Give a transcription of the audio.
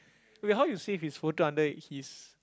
wait how you save his photo under his